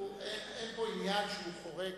אין פה עניין שהוא חורג,